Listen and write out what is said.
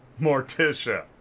Morticia